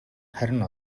харин